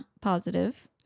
positive